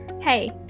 Hey